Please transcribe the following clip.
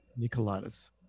Nicoladas